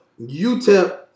UTEP